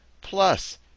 Plus